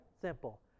Simple